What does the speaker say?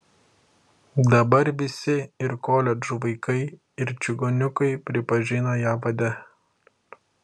dabar visi ir koledžų vaikai ir čigoniukai pripažino ją vade